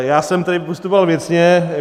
Já jsem tady postupoval věcně.